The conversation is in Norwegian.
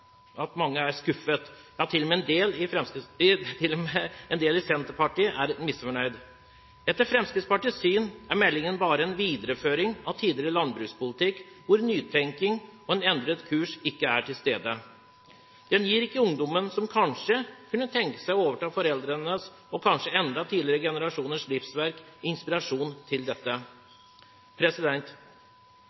en del i Senterpartiet er misfornøyd. Etter Fremskrittspartiets syn er meldingen bare en videreføring av tidligere landbrukspolitikk, hvor nytenking og en endret kurs ikke er til stede. Den gir ikke ungdommen som kanskje kunne tenke seg å overta foreldrenes – og kanskje enda tidligere generasjoners – livsverk, inspirasjon til dette.